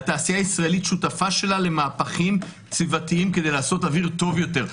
התעשייה הישראלית שותפה שלה למהפכים סביבתיים כדי לעשות אוויר טוב יותר,